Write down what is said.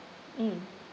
mm